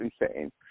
insane